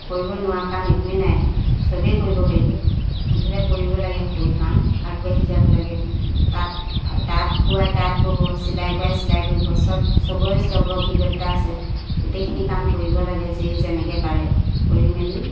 কৰিব নোৱাৰা কাম একোৱে নাই চবেই কৰিব পাৰিব মুঠতে কৰিব লাগে সকলো কাম আগবাঢ়ি যাব লাগে তাত তাঁত বোৱাই তাঁত ব'ব চিলাই কৰাই চিলাই কৰিব চব চবই চব অভিজ্ঞতা আছে গোটেইখিনি কাম কৰিব লাগে যিয়েই যেনেকে পাৰে কৰি মেলি